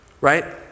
Right